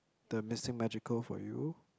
the missing magical for you